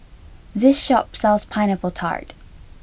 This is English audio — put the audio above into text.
this shop sells Pineapple Tart